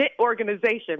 organization